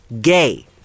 gay